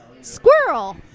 squirrel